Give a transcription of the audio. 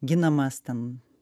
ginamas ten